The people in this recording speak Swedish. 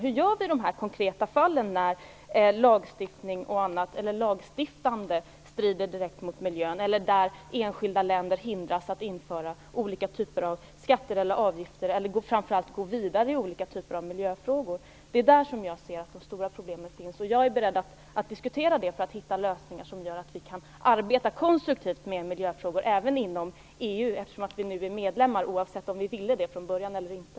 Hur gör vi i de konkreta fallen när lagstiftande strider direkt mot miljöns krav, där enskilda länder hindras att införa olika typer av skatter eller avgifter och framför allt att gå vidare i olika typer av miljöfrågor? Det är där som jag ser att de stora problemen finns. Jag är beredd att diskutera detta för att hitta lösningar som gör att vi kan arbeta konstruktivt med miljöfrågor även inom EU, eftersom vi nu är medlemmar, oavsett om vi ville det från början eller inte.